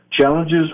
Challenges